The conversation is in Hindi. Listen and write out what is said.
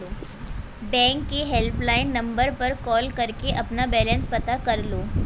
बैंक के हेल्पलाइन नंबर पर कॉल करके अपना बैलेंस पता कर लो